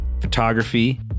photography